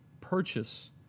purchase